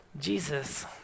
Jesus